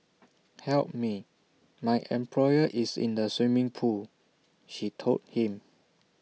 help me my employer is in the swimming pool she told him